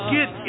Get